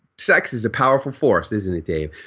sex is a powerful force, isn't it dave?